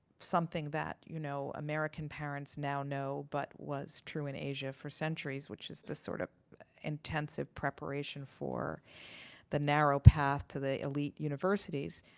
something that you know american parents now know but was true in asia for centuries, which is this sort of intensive preparation for the narrow path to the elite universities.